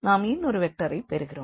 நாம் இன்னொரு வெக்டரைப் பெறுகிறோம்